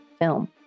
film